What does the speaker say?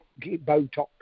Botox